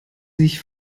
sich